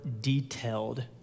detailed